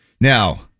Now